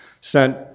sent